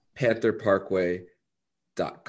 PantherParkway.com